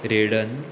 रेडन